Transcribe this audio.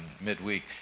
midweek